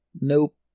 Nope